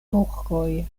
turkoj